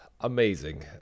amazing